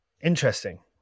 interesting